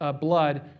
blood